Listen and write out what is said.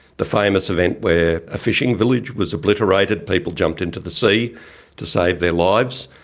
the famous event where a fishing village was obliterated, people jumped into the sea to save their lives.